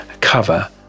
cover